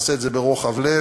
נעשה את זה ברוחב לב.